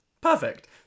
Perfect